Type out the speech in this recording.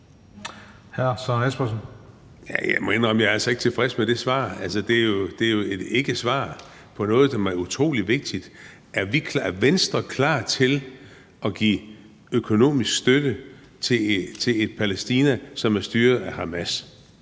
jeg altså ikke er tilfreds med det svar. Det er jo et ikkesvar på noget, som er utrolig vigtigt. Er Venstre klar til at give økonomisk støtte til et Palæstina, som er styret af Hamas?